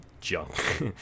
junk